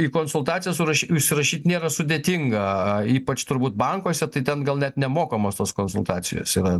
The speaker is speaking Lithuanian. į konsultaciją suraš užsirašyt nėra sudėtinga ypač turbūt bankuose tai ten gal net nemokamos tos konsultacijos yra